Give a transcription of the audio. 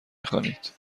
خوانید